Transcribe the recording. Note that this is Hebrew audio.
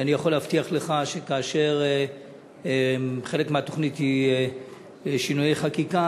אני יכול להבטיח לך שכאשר חלק מהתוכנית הוא שינויי חקיקה,